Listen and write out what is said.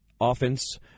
offense